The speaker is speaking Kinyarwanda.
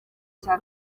cya